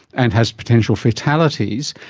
and has potential fatalities.